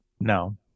no